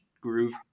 groove